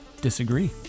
disagree